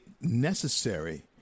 necessary